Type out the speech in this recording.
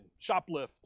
shoplift